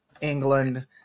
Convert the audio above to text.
England